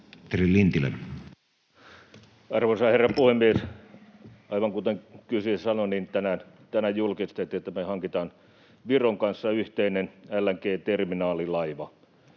Arvoisa herra puhemies! Aivan kuten kysyjä sanoi, niin tänään julkistettiin, että me hankitaan Viron kanssa yhteinen LNG-terminaalilaiva,